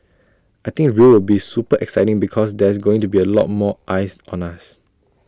I think Rio will be super exciting because there's going to be A lot more eyes on us